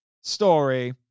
story